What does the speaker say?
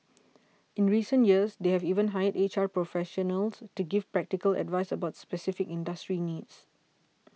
in recent years they have even hired H R professionals to give practical advice about specific industry needs